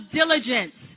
diligence